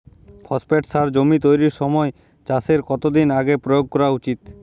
Phosphate সার জমি তৈরির সময় চাষের কত দিন আগে প্রয়োগ করা উচিৎ?